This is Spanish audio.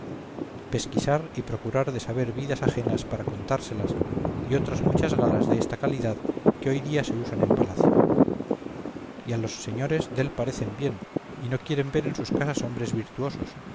pesquisar y procurar de saber vidas ajenas para contárselas y otras muchas galas de esta calidad que hoy día se usan en palacio y a los señores dél parecen bien y no quieren ver en sus casas hombres virtuosos